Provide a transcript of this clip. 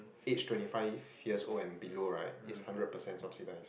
aged twenty five years and below right it's hundred percent subsidize